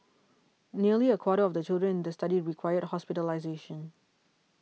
nearly a quarter of the children in the study required hospitalisation